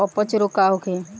अपच रोग का होखे?